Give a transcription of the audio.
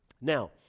Now